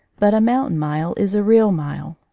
but a mountain mile is a real mile.